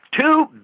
Two